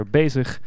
bezig